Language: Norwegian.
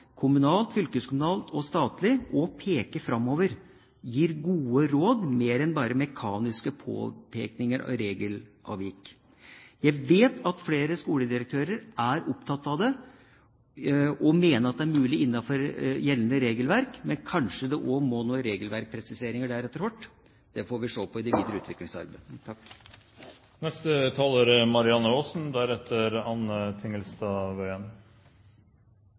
statlig – også peker framover, gir gode råd, mer enn bare mekaniske påpekninger av regelavvik. Jeg vet at flere skoledirektører er opptatt av det, og mener at det er mulig innenfor gjeldende regelverk. Men kanskje det der også må til noen regelverkspresiseringer etter hvert. Det får vi se på i det videre utviklingsarbeidet.